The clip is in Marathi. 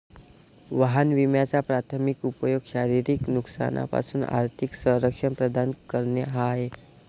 वाहन विम्याचा प्राथमिक उपयोग शारीरिक नुकसानापासून आर्थिक संरक्षण प्रदान करणे हा आहे